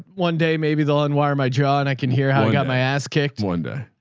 one day maybe they'll unwire my jaw and i can hear how he got my ass kicked one day.